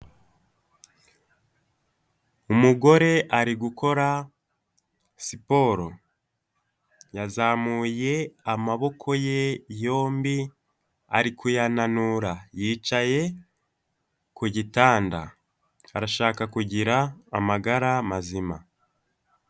Umugore ari gukora siporo, yazamuye amaboko ye yombi, ari kuyananura, yicaye ku gitanda, arashaka kugira amagara mazima.